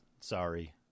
sorry